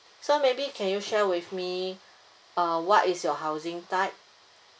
so maybe can you share with me uh what is your housing type